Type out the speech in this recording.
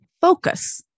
focus